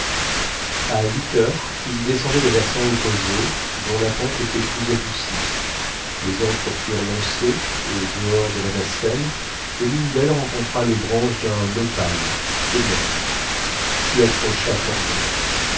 a huit heures il descendait le versant opposé dont la pente était plus adoucie les ancres furent lancées au dehors de la nacelle et l'une d'elles rencontrant les branches d'un nopal énorme s'y accrocha fortement